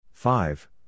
Five